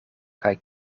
kaj